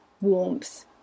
warmth